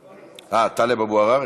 אה, טלב אבו עראר?